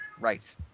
Right